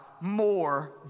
more